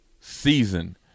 season